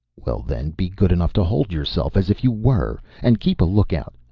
well, then, be good enough to hold yourself as if you were. and keep a lookout.